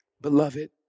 beloved